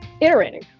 iterating